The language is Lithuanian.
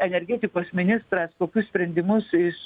energetikos ministras kokius sprendimus iš